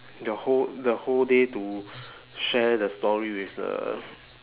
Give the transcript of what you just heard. the whole the whole day to share the story with the